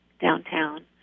downtown